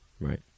Right